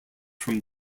from